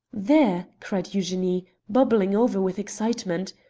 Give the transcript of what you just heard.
there! cried eugenie, bubbling over with excitement.